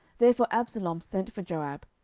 therefore absalom sent for joab,